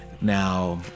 Now